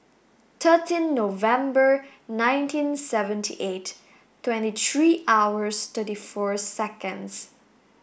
thirteen November nineteen seventy eight twenty three hours thirty four seconds